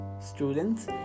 students